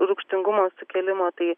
rūgštingumo sukėlimo tai